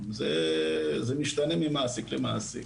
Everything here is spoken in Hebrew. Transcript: זה משתנה ממעסיק למעסיק.